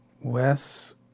Wes